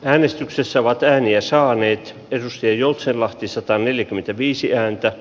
äänestyksessä vat ääniä saaneet peruste joutsenlahti sataneljäkymmentäviisi ääntä